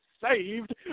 saved